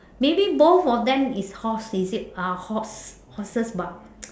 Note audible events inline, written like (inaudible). maybe both of them is horse is it uh horse horses bah (noise)